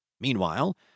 Meanwhile